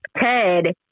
Ted